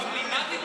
לימדת באוניברסיטה?